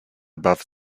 above